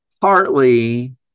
partly